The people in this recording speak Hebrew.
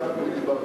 אבל תמיד דיברתי